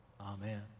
Amen